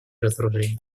разоружения